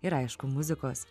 ir aišku muzikos